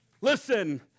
Listen